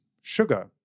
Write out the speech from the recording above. Sugar